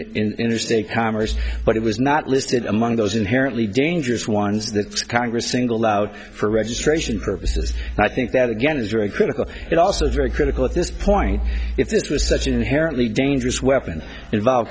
and interstate commerce but it was not listed among those inherently dangerous ones that congress single out for registration purposes and i think that again is very critical but also very critical at this point if this was such an inherently dangerous weapon involve